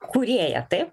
kūrėją taip